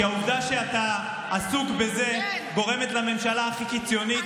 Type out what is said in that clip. כי העובדה שאתה עסוק בזה גורמת לממשלה הכי קיצונית,